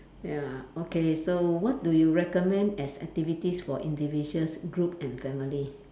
ya okay so what do you recommend as activities for individuals group and family